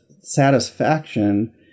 satisfaction